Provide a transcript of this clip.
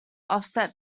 offset